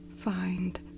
find